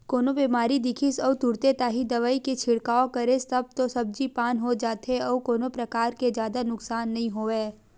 कोनो बेमारी दिखिस अउ तुरते ताही दवई के छिड़काव करेस तब तो सब्जी पान हो जाथे अउ कोनो परकार के जादा नुकसान नइ होवय